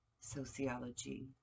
sociology